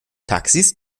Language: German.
taxis